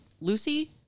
Lucy